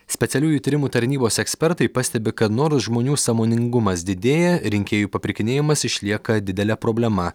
specialiųjų tyrimų tarnybos ekspertai pastebi kad nors žmonių sąmoningumas didėja rinkėjų papirkinėjimas išlieka didele problema